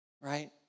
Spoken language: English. right